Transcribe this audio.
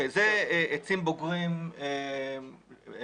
אלה עצים בוגרים מוגנים.